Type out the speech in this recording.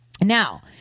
Now